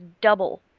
double